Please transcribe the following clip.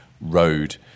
road